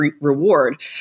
reward